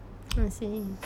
I see